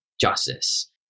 justice